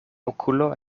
okulo